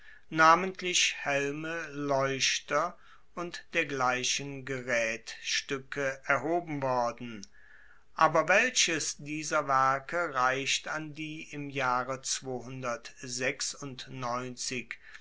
namentlich helme leuchter und dergleichen geraetstuecke erhoben worden aber welches dieser werke reicht an die im jahre